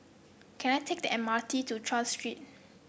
can I take the M R T to Tras Street